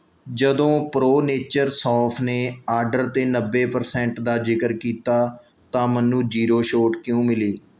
ਜਦੋਂ pro nature ਸੌਂਫ ਨੇ ਆਰਡਰ 'ਤੇ ਨੱਬੇ ਪਰਸੈਂਟ ਦਾ ਜ਼ਿਕਰ ਕੀਤਾ ਤਾਂ ਮੈਨੂੰ ਜੀਰੋ ਛੋਟ ਕਿਉਂ ਮਿਲੀ